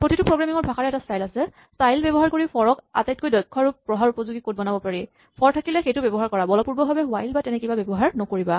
প্ৰতিটো প্ৰগ্ৰেমিং ৰ ভাষাৰে এটা স্টাইল আছে স্টাইল ব্যৱহাৰ কৰি ফৰ ক আটাইতকৈ দক্ষ আৰু পঢ়াৰ উপযোগী কড বনাব পাৰি ফৰ থাকিলে সেইটোৱেই ব্যৱহাৰ কৰা বলপূৰ্বকভাৱে হুৱাইল বা তেনেকুৱা কিবা ব্যৱহাৰ নকৰিবা